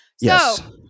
Yes